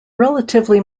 relatively